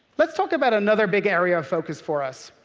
let's talk about another big area of focus for us.